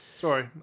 Sorry